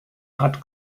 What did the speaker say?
hat